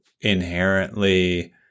inherently